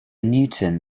newton